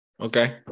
Okay